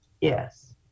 Yes